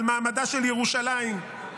על מעמדה של ירושלים.